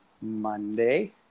Monday